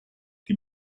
die